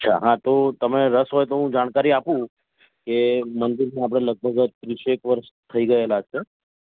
અચ્છા હા તો તમે રસ હોય તો હું જાણકારી આપું કે મંદિરમાં આપણે લગભગ ત્રીસેક વર્ષ થઈ ગયેલા છે